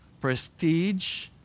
prestige